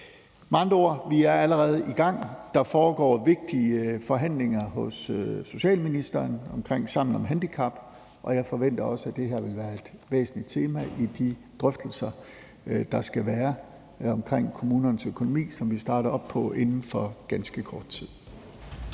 Med andre ord: Vi er allerede i gang, der foregår vigtige forhandlinger hos socialministeren omkring Sammen om handicap, og jeg forventer også, at det her vil være et væsentligt tema i de drøftelser, der skal være omkring kommunernes økonomi, som vi starter op på inden for ganske kort tid.